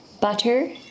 Butter